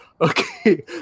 Okay